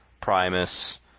Primus